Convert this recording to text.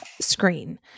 screen